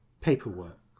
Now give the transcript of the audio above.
paperwork